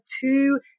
two